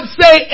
say